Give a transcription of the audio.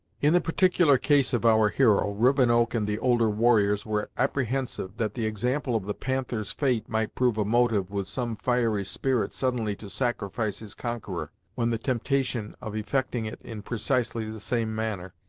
in the particular case of our hero, rivenoak and the older warriors were apprehensive that the example of the panther's fate might prove a motive with some fiery spirit suddenly to sacrifice his conqueror, when the temptation of effecting it in precisely the same manner,